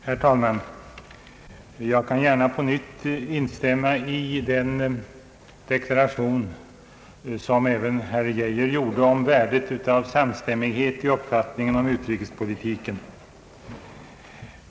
Herr talman! Jag kan gärna på nytt instämma i den deklaration som även herr Geijer gjorde om värdet av samstämmighet i uppfattningen om utrikespolitiken.